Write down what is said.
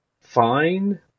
fine